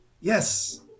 Yes